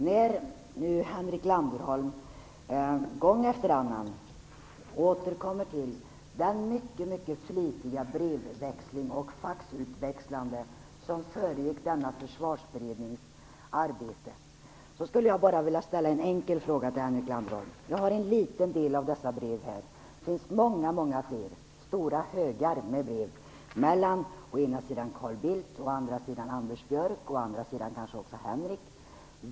När Henrik Landerholm gång efter annan återkommer till den mycket mycket flitiga brevväxling och faxutväxling som föregick denna försvarsberednings arbete skulle jag vilja ställa en enkel fråga till honom. Jag har en liten del av dessa brev här. Det finns många många fler. Det finns stora högar med brev från å ena sidan Carl Bildt och å andra sidan Anders Björck och kanske också Henrik Landerholm.